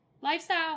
Lifestyle